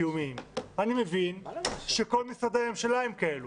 אתנו וככל שיידרש אנחנו יכולים להעביר אותו.